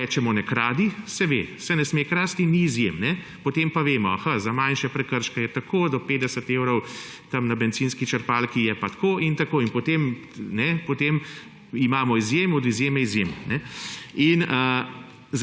ko rečemo ne kradi, se ve, da se ne sme krasti in ni izjem. Potem pa vemo, a ha, za manjše prekrške je tako, do 50 evrov na bencinski črpalki je pa tako. In potem imamo izjemo od izjeme izjemo.